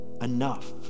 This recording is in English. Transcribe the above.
enough